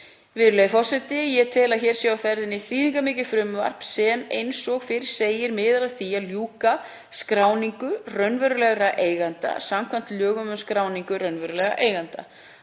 Virðulegi forseti. Ég tel að hér sé á ferðinni þýðingarmikið frumvarp sem, eins og fyrr segir, miðar að því að ljúka skráningu raunverulegra eigenda samkvæmt lögum um skráningu raunverulegra eigenda.